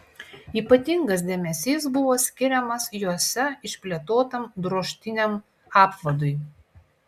ypatingas dėmesys buvo skiriamas juose išplėtotam drožtiniam apvadui